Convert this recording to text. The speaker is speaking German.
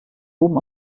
oben